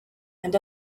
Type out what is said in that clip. and